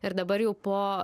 ir dabar jau po